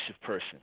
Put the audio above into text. person